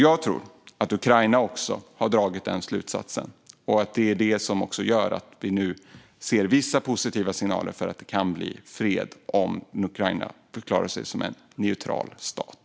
Jag tror att Ukraina också har dragit denna slutsats och att det är detta som gör att vi nu ser vissa positiva signaler om att det kan bli fred om Ukraina förklarar sig som neutral stat.